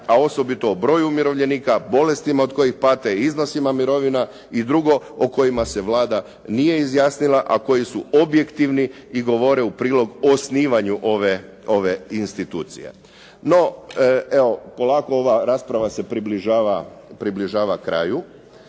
a osobito o broju umirovljenika, bolestima od kojih pate, iznosima mirovina i drugo o kojima se Vlada nije izjasnila, a koji su objektivni i govore u prilog osnivanju ove institucije. No, evo, polako ova rasprava se približava kraju.